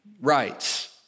rights